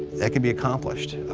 that can be accomplished.